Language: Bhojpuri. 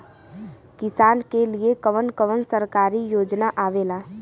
किसान के लिए कवन कवन सरकारी योजना आवेला?